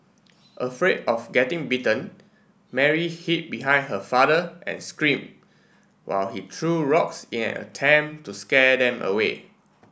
afraid of getting bitten Mary hid behind her father and screamed while he threw rocks in an attempt to scare them away